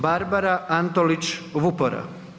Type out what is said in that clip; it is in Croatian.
Barbara Antolić Vupora.